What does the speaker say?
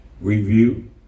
review